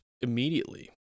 immediately